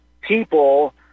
people